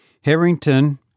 Harrington